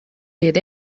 did